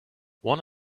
one